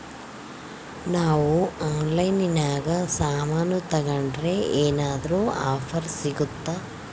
ನಾವು ಆನ್ಲೈನಿನಾಗ ಸಾಮಾನು ತಗಂಡ್ರ ಏನಾದ್ರೂ ಆಫರ್ ಸಿಗುತ್ತಾ?